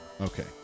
Okay